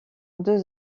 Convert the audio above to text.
deux